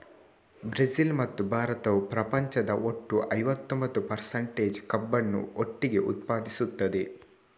Brazil ಮತ್ತು ಭಾರತವು ಪ್ರಪಂಚದ ಒಟ್ಟು ಐವತ್ತೊಂಬತ್ತು ಪರ್ಸಂಟೇಜ್ ಕಬ್ಬನ್ನು ಒಟ್ಟಿಗೆ ಉತ್ಪಾದಿಸುತ್ತದೆ